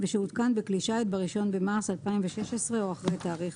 ושהותקן בכלי שיט ב-1 במרס 2016 או אחרי תאריך